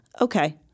okay